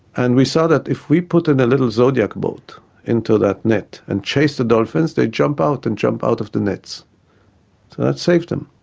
and we saw that if we put and a little zodiac boat into that net and chase the dolphins they jump out and jump out of the nets. so that saved them.